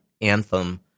anthem